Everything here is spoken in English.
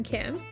Kim